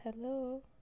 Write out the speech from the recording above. hello